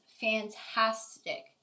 fantastic